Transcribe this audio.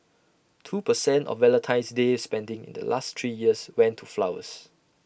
two per cent of Valentine's day spending in the last three years went to flowers